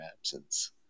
absence